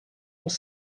els